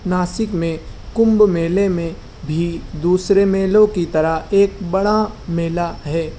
ناسِک میں کمبھ میلے میں بھی دوسرے میلوں کی طرح ایک بڑا میلہ ہے